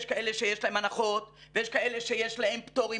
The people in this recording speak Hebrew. יש כאלה שיש להם הנחות ויש כאלה שיש להם פטורים